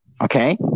Okay